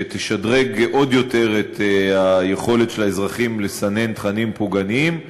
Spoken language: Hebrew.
שתשדרג עוד יותר את היכולת של האזרחים לסנן תכנים פוגעניים.